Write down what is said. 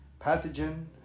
pathogen